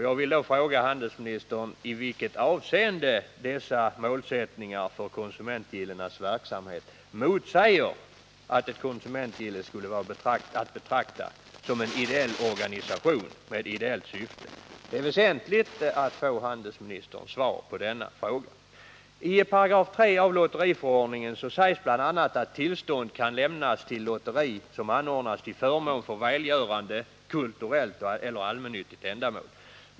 Jag vill fråga handelsministern i vilket avseende dessa målsättningar för konsumentgillenas verksamhet motsäger att ett konsumentgille skulle vara att betrakta som en ideell organisation med ideellt syfte. Det är väsentligt att få handelsministerns svar på denna fråga. I 3 § lotteriförordningen sägs bl.a. att tillstånd kan lämnas till lotteri som anordnas till förmån för välgörande, kulturellt eller allmännyttigt ändamål.